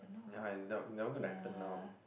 ya they are they are not gonna happen now